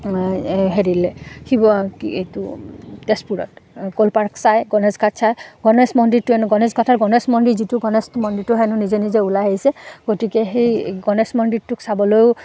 হেৰিলে শিৱ কি এইটো তেজপুৰত ক'ল পাৰ্ক চাই গণেশ ঘাট চাই গণেশ মন্দিৰটো এন গণেশ ঘাটৰ গণেশ মন্দিৰ যিটো গণেশ মন্দিৰটো হেনো নিজে নিজে ওলাই আহিছে গতিকে সেই গণেশ মন্দিৰটোক চাবলৈও